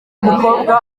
mukobwa